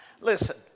listen